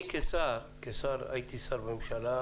הייתי שר בממשלה